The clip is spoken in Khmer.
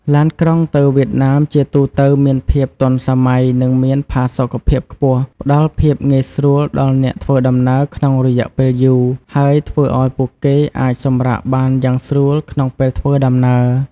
ឡានក្រុងទៅវៀតណាមជាទូទៅមានភាពទាន់សម័យនិងមានផាសុកភាពខ្ពស់ ផ្តល់ភាពងាយស្រួលដល់អ្នកធ្វើដំណើរក្នុងរយៈពេលយូរ ហើយធ្វើឱ្យពួកគេអាចសម្រាកបានយ៉ាងស្រួលក្នុងពេលធ្វើដំណើរ។